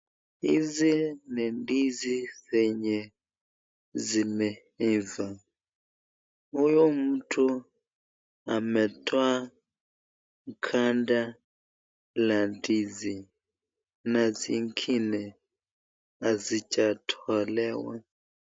Hizi ni ndizi zenye zimeiva. Huyu mtu ametoa mkanda la ndizi, na zingine hazijatolewa.